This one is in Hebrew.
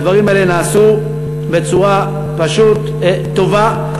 והדברים האלה נעשו בצורה פשוט טובה.